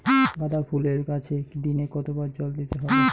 গাদা ফুলের গাছে দিনে কতবার জল দিতে হবে?